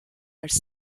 als